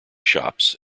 shops